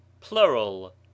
plural